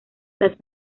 las